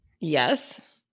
Yes